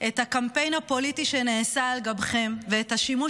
את הקמפיין הפוליטי שנעשה על גבכם ואת השימוש